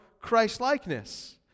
Christlikeness